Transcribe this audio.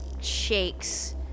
shakes